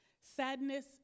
sadness